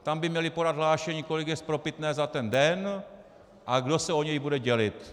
Tam by měli podat hlášení, kolik je spropitné za ten den a kdo se o něj bude dělit.